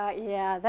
ah yeah,